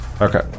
Okay